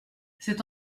cet